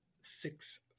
six